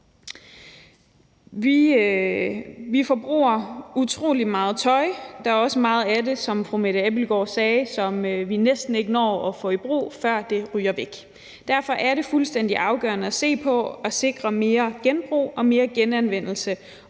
Vi forbruger utrolig meget tøj, og der er også meget af det, som fru Mette Abildgaard sagde, som vi næsten ikke når at få i brug, før det ryger væk. Derfor er det fuldstændig afgørende at se på at sikre mere genbrug og mere genanvendelse